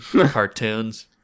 cartoons